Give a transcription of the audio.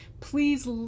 please